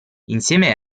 insieme